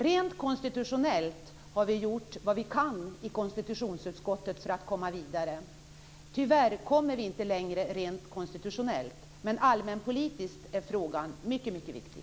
Rent konstitutionellt har vi gjort vad vi kan i konstitutionsutskottet för att komma vidare. Tyvärr kommer vi inte längre rent konstitutionellt. Men allmänpolitiskt är frågan mycket viktig.